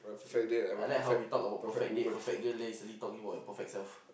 I like how we talk about perfect date perfect girl then you suddenly talking about your perfect self